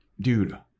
Dude